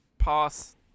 Pass